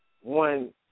one